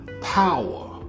power